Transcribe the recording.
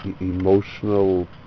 emotional